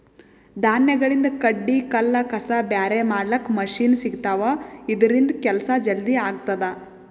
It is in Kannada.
ಧಾನ್ಯಗಳಿಂದ್ ಕಡ್ಡಿ ಕಲ್ಲ್ ಕಸ ಬ್ಯಾರೆ ಮಾಡ್ಲಕ್ಕ್ ಮಷಿನ್ ಸಿಗ್ತವಾ ಇದ್ರಿಂದ್ ಕೆಲ್ಸಾ ಜಲ್ದಿ ಆಗ್ತದಾ